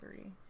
three